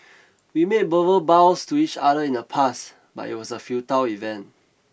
we made verbal vows to each other in the past but it was a futile event